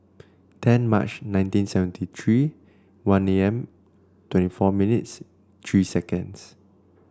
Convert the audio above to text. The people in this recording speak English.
ten March nineteen seventy three one A M twenty four minutes three seconds